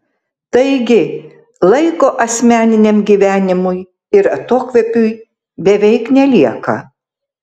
taigi laiko asmeniniam gyvenimui ir atokvėpiui beveik nelieka